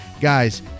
Guys